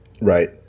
Right